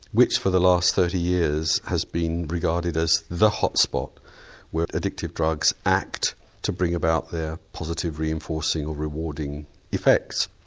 which for the last thirty years has been regarded as the hot spot where addictive drugs act to bring about their positive reinforcing or rewarding effects.